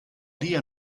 dia